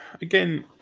again